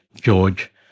George